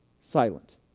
silent